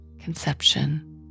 conception